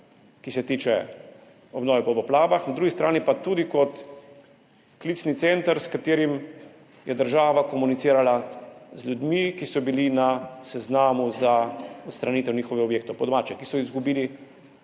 ki se tiče obnove po poplavah, na drugi strani pa tudi kot klicni center, s katerim je država komunicirala z ljudmi, ki so bili na seznamu za odstranitev njihovih objektov, po domače, ki so izgubili